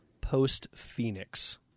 post-Phoenix